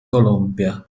colombia